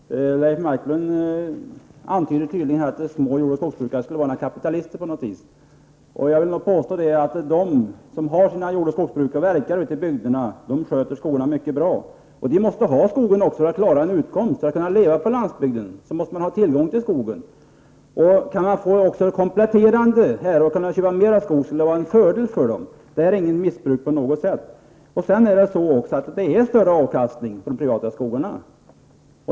Herr talman! Leif Marklund antydde att små och medelstora skogsbrukare på något vis skulle vara kapitalister. Jag vill påstå att de som har sitt jordoch skogsbruk och verkar ute i bygderna sköter skogarna mycket bra. De måste ha skogen för att klara en utkomst. För att kunna leva på landsbygden måste man ha tillgång till skog. Om man kan komplettera och köpa mera skog skulle det vara en fördel för dem -- inget missbruk på något sätt. Det är större avkastning på de privata skogarna.